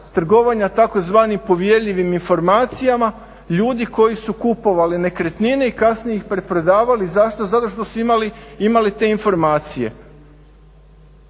trgovanja tzv. povjerljivim informacijama ljudi koji su kupovali nekretnine i kasnije ih preprodavali, zašto? Zato što su imali te informacije.